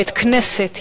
בית-כנסת יפהפה.